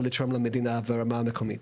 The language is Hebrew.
ולתרום למדינה ברמה המקומית.